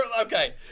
Okay